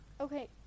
Okay